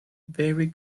very